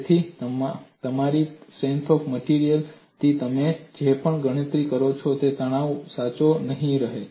તેથી તમારી strength of માટેરિયલ્સથી તમે જે પણ ગણતરી કરો છો તે તણાવને સાચો નહીં કરે